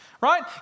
right